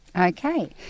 Okay